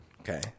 Okay